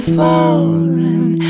falling